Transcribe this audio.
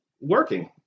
working